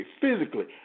physically